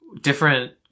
Different